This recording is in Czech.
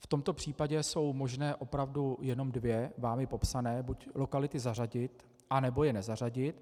V tomto případě jsou možné opravdu jenom dvě vámi popsané: buď lokality zařadit, anebo je nezařadit.